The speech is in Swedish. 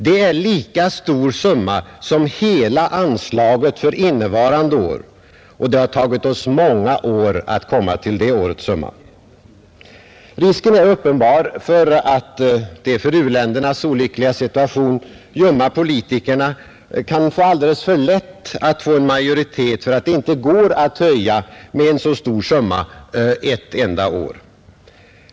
Det är en lika stor summa som hela anslaget för innevarande år, och det har tagit oss många år att komma till det årets summa. Risken är uppenbar för att de för u-ländernas olyckliga situation ljumma politikerna kan få alldeles för lätt att få en majoritet för att det inte går att höja med en så stor summa ett enda år.